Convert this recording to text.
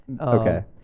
Okay